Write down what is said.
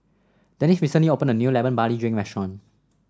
Denis recently opened a new Lemon Barley Drink Restaurant